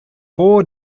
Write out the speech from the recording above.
four